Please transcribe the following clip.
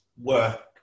work